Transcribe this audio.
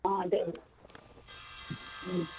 అంటే